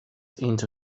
into